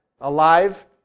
alive